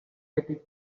eighty